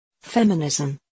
Feminism